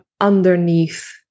underneath